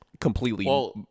completely